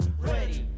Ready